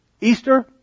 Easter